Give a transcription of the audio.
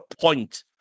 point